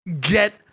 get